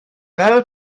fel